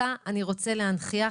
אותה אני רוצה להנכיח.